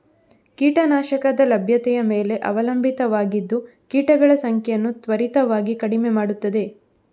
ಕೀಟ ನಾಶಕದ ಲಭ್ಯತೆಯ ಮೇಲೆ ಅವಲಂಬಿತವಾಗಿದ್ದು ಕೀಟಗಳ ಸಂಖ್ಯೆಯನ್ನು ತ್ವರಿತವಾಗಿ ಕಡಿಮೆ ಮಾಡುತ್ತದೆ